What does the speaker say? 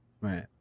Right